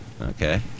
Okay